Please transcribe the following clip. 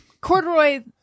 corduroy